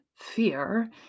fear